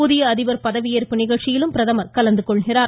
புதிய அதிபர் பதவியேற்பு நிகழ்ச்சியிலும் பிரதமர் கலந்து கொள்கிறார்